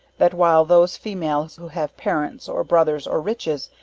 that while those females who have parents, or brothers, or riches,